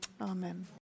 Amen